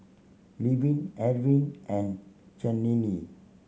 Levin Arvin and Chanelle